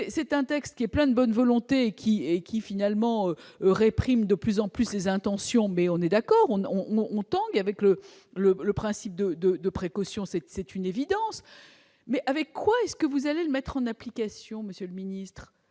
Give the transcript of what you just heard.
c'est un texte qui est plein de bonne volonté qui est qui, finalement, réprime de plus en plus ses intentions, mais on est d'accord, on ne on on tangue avec le le le principe de, de, de précaution, c'est, c'est une évidence mais avec quoi est-ce que vous allez le mettre en application, Monsieur le Ministre,